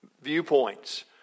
viewpoints